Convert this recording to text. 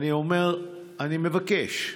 אני מבקש,